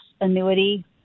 annuity